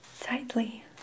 tightly